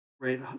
right